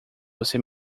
você